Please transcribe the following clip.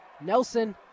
Nelson